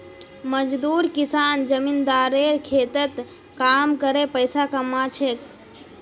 मजदूर किसान जमींदारेर खेतत काम करे पैसा कमा छेक